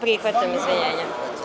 Prihvatam izvinjenje.